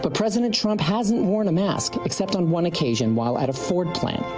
but president trump hasn't worn a mask except on one occasion while at a ford plant,